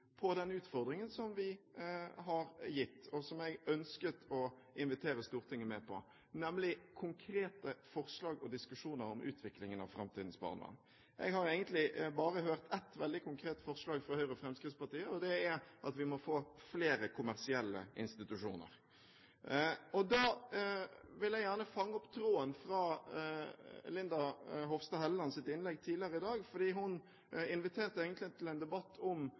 på den utfordringen som vi har gitt, og som jeg ønsket å invitere Stortinget med på, nemlig konkrete forslag og diskusjoner om utviklingen av framtidens barnevern. Jeg har egentlig bare hørt ett veldig konkret forslag fra Høyre og Fremskrittspartiet, og det er at vi må få flere kommersielle institusjoner. Da vil jeg gjerne fange opp tråden fra Linda C. Hofstad Hellelands innlegg tidligere i dag, for hun inviterte egentlig til en debatt om